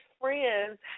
friend's